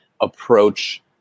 approach